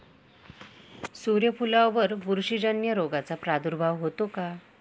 सूर्यफुलावर बुरशीजन्य रोगाचा प्रादुर्भाव होतो का?